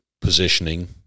positioning